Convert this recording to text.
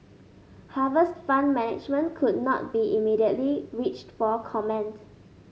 Harvest Fund Management could not be immediately reached for comment